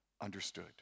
understood